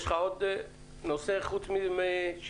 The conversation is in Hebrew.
יש לך עוד נושא חוץ משיתוף?